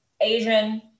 asian